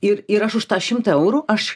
ir ir aš už tą šimtą eurų aš